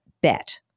bet